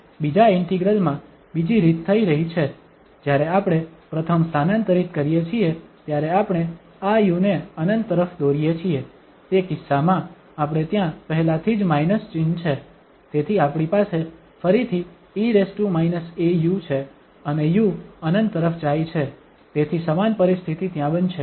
અને બીજા ઇન્ટિગ્રલ માં બીજી રીત થઈ રહી છે જ્યારે આપણે પ્રથમ સ્થાનાંતરિત કરીએ છીએ ત્યારે આપણે આ u ને ∞ તરફ દોરીએ છીએ તે કિસ્સામાં આપણે ત્યાં પહેલાથી જ માઇનસ ચિહ્ન છે તેથી આપણી પાસે ફરીથી e au છે અને u ∞ તરફ જાય છે તેથી સમાન પરિસ્થિતિ ત્યાં બનશે